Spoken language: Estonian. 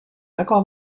väga